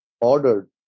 ordered